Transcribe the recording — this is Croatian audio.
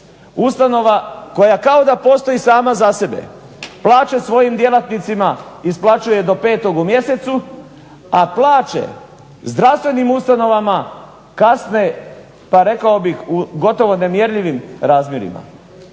Ustanova koja kao da postoji sama za sebe, plaće svojim djelatnicima isplaćuje do 5-og u mjesecu, a plaće zdravstvenim ustanovama kasne, pa rekao bih u gotovo nemjerljivim razmjerima.